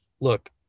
look